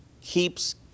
keeps